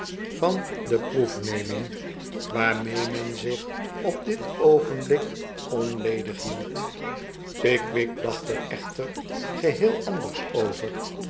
van de proefneming waarmee men zich op dit oognblik onledig hield pickwick dacht er echter geheel anders over